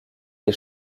des